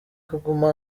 kuguma